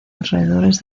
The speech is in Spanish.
alrededores